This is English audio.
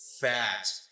fat